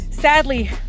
Sadly